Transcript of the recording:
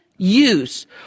use